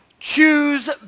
choose